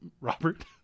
Robert